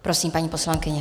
Prosím, paní poslankyně.